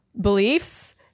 beliefs